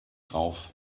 drauf